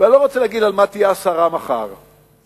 ואני לא רוצה להגיד על מה תהיה הסערה מחר ומחרתיים,